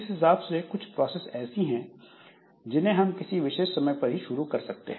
इस हिसाब से कुछ प्रोसेस ऐसी हैं जिन्हें हम किसी विशेष समय पर ही शुरू कर सकते हैं